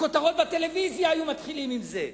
הכותרות בטלוויזיה היו מתחילות עם זה,